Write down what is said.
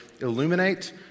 illuminate